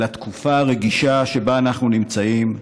על התקופה הרגישה שבה אנחנו נמצאים,